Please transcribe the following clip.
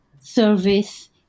service